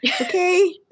okay